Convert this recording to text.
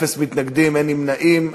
אפס מתנגדים, אין נמנעים.